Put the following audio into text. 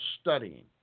studying